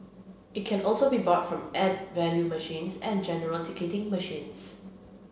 it can also be bought from add value machines and general ticketing machines